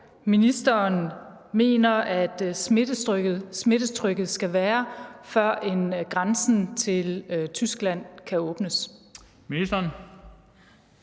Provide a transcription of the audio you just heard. ministeren mener smittetrykket skal være, før grænsen til Tyskland kan åbnes.